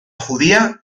judía